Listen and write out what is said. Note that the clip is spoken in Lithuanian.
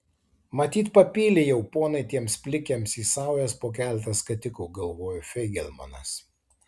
matyt papylė jau ponai tiems plikiams į saujas po keletą skatikų galvojo feigelmanas